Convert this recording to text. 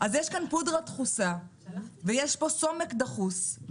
יש כאן פודרה דחוסה ויש כאן סומק דחוס.